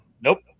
Nope